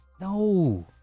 No